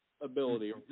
ability